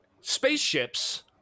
spaceships